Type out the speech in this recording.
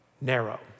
narrow